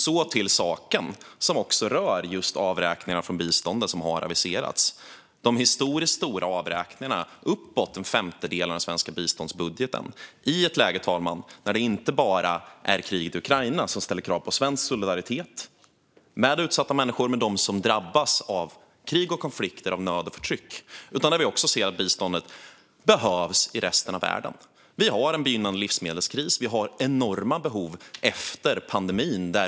Så till saken, som också rör just de avräkningar från biståndet som aviserats! Det görs historiskt stora avräkningar på uppåt en femtedel av den svenska biståndsbudgeten, fru talman. Det sker i ett läge där det inte bara är kriget i Ukraina som ställer krav på svensk solidaritet med utsatta människor och med dem som drabbas av krig, konflikter, nöd och förtryck, utan där vi också ser att biståndet behövs i resten av världen. Vi har en begynnande livsmedelskris. Vi har enorma behov efter pandemin.